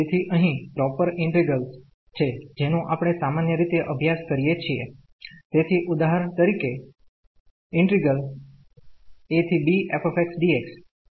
તેથીઅહીં proper integrals છે જેનો આપણે સામાન્ય રીતે અભ્યાસ કરીએ છીએતેથી ઉદાહરણ તરીકે abfxdx તે પ્રોપર છે